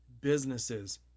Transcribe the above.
businesses